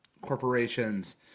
corporations